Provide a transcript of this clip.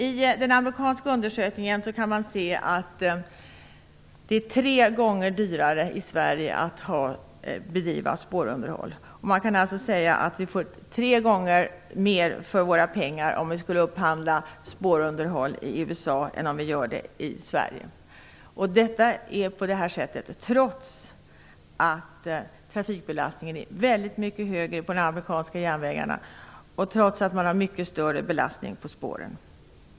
Av undersökningen, som är amerikansk, kan man se att det är tre gånger dyrare att bedriva spårunderhåll i Sverige. Man kan alltså säga att vi skulle få tre gånger så mycket för pengarna om vi skulle upphandla spårunderhåll i USA än om vi gör det i Sverige. Det är så, trots att trafikbelastningen är väldigt mycket högre på de amerikanska järnvägarna och trots att man har mycket större belastning på spåren.